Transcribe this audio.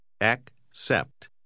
Accept